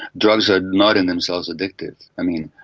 drugs are not in themselves addictive. i mean,